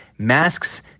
Masks